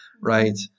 right